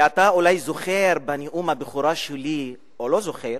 ואתה אולי זוכר שבנאום הבכורה שלי, או לא זוכר,